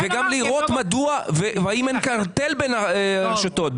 וגם לראות אם אין קרטל בין הרשתות.